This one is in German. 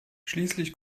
schließlich